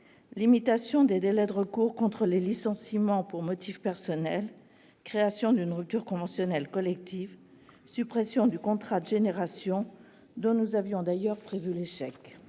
limitation des délais de recours contre les licenciements pour motif personnel ; création d'une rupture conventionnelle collective ; suppression du contrat de génération, dont nous avions d'ailleurs prévu l'échec